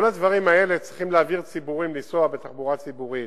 כל הדברים האלה צריכים להעביר ציבור לנסוע בתחבורה ציבורית.